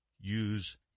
use